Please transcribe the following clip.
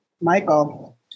Michael